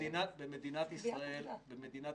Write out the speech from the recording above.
במדינת ישראל,